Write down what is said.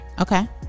Okay